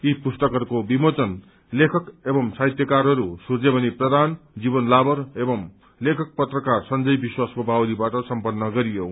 यी पुस्तकहरूको विमोचन लेखक एवं साहित्यकार सूर्यमणि प्रधान जीवन लाबर एवं लेखक पत्रकार संजय विश्वासको बाहुलीबाट सम्पन्न गरियो